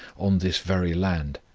on this very land,